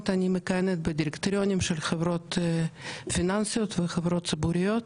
אני מכהנת בדירקטוריונים של חברות פיננסיות וחברות ציבוריות,